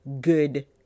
good